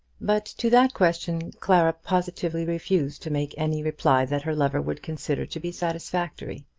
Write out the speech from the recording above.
but to that question clara positively refused to make any reply that her lover would consider to be satisfactory.